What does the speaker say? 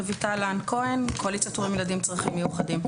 אני מקואליציית הורים לילדים עם צרכים מיוחדים.